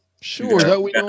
Sure